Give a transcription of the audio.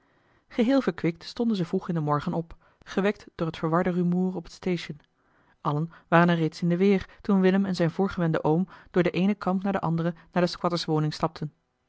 geheel verkwikt stonden ze vroeg in den morgen op gewekt door het verwarde rumoer op het station allen waren er reeds in de weer toen willem en zijn voorgewende oom door den eenen kamp na den anderen naar de squatterswoning stapten